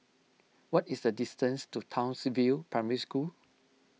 what is the distance to Townsville Primary School